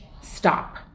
stop